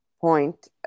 point